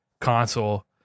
console